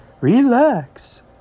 Relax